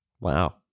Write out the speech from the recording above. Wow